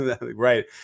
Right